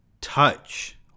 touch